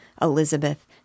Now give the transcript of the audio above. Elizabeth